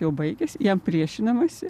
jau baigėsi jam priešinimąsi